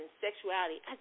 sexuality